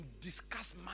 discuss